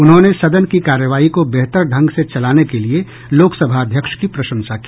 उन्होंने सदन की कार्यवाही को बेहतर ढंग से चलाने के लिए लोकसभा अध्यक्ष की प्रशंसा की